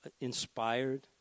inspired